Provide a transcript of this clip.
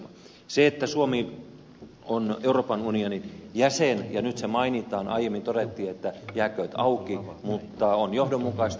se että suomi on euroopan unionin jäsen ja nyt se mainitaan aiemmin todettiin että jääkööt auki on johdonmukaista